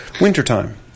wintertime